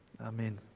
Amen